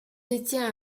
détient